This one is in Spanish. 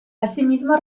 asimismo